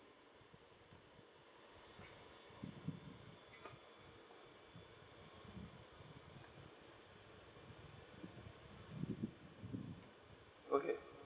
okay